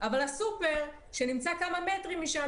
אבל הסופר שנמצא כמה מטרים משם,